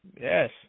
Yes